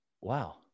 wow